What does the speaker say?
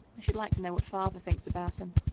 i should like to know what father thinks about him.